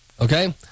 Okay